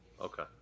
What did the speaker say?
Okay